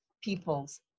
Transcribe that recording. peoples